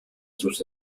sus